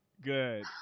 good